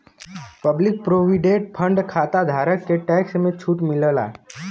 public provident fund खाताधारक के tax में छूट मिलला